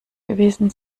gewesen